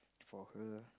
for her